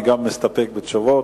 וגם מסתפק בתשובות.